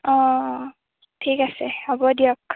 অঁ ঠিক আছে হ'ব দিয়ক